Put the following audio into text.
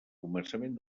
començament